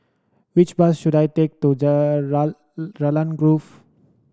which bus should I take to Raglan Grove